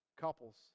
Couples